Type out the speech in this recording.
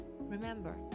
Remember